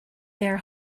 their